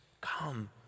come